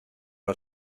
are